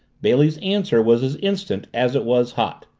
bailey's answer was as instant as it was hot.